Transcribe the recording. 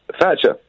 Thatcher